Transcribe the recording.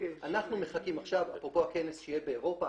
אנחנו מחכים אפרופו הכנס שיהיה באירופה